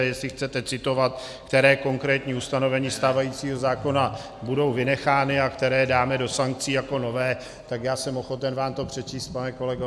Jestli chcete citovat, která konkrétní ustanovení stávajícího zákona budou vynechána a která dáme do sankcí jako nové, tak já jsem ochoten vám to přečíst, pane kolego ...